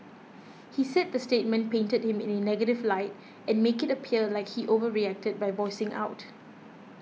he said the statement painted him in a negative light and make it appear like he overreacted by voicing out